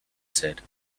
said